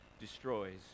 destroys